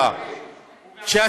נכון.